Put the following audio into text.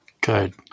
Good